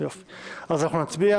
אז אנחנו נצביע,